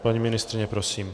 Paní ministryně, prosím.